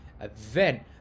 event